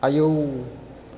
आयौ